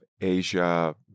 Asia